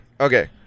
Okay